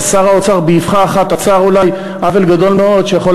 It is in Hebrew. ושר האוצר באבחה אחת עצר אולי עוול גדול מאוד שיכול